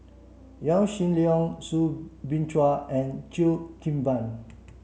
Yaw Shin Leong Soo Bin Chua and Cheo Kim Ban